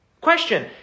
question